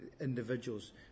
individuals